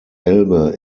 elbe